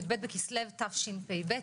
י"ב כסלו תשפ"ב.